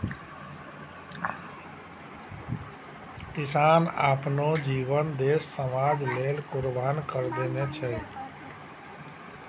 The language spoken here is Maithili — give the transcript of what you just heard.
किसान आपनो जीवन देस समाज लेलि कुर्बान करि देने छै